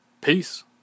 Peace